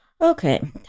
Okay